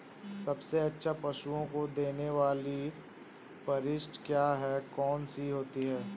सबसे अच्छा पशुओं को देने वाली परिशिष्ट क्या है? कौन सी होती है?